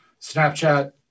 Snapchat